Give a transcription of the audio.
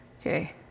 Okay